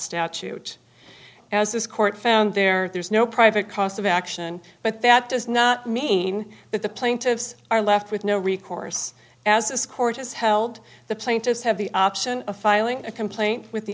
statute as this court found there there's no private cost of action but that does not mean that the plaintiffs are left with no recourse as this court has held the plaintiffs have the option of filing a complaint with the